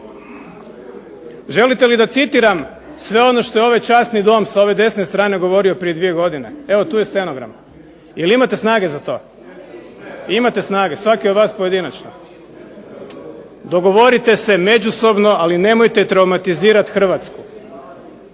Želite li da citiram sve ono što je ovaj časni Dom sa ove desne strane govorio prije 2 godine? Evo tu je stenogram. Jel imate snage za to? Imate snage? Svaki od vas pojedinačno? Dogovorite se međusobno, ali nemojte traumatizirati Hrvatsku.